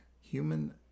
human